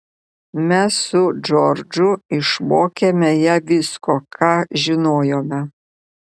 mes su džordžu išmokėme ją visko ką žinojome